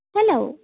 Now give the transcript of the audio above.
hello